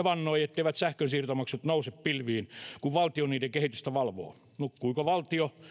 vannoi etteivät sähkön siirtomaksut nouse pilviin kun valtio niiden kehitystä valvoo nukkuiko valtio